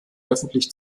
öffentlich